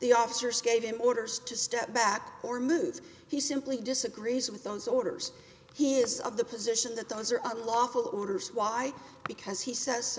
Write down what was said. the officers gave him orders to step back or moods he simply disagrees with those orders he has of the position that a lawful orders why because he says